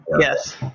Yes